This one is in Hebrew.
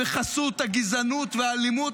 בחסות הגזענות והאלימות,